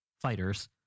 fighters